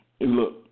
Look